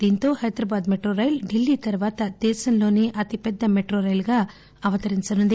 దీంతో Hyderabad metro rail Delhi తర్వాత దేశంలోనే అతిపెద్ద మెట్రో రైలుగా అవతరించనుంది